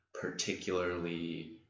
particularly